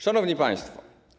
Szanowni Państwo!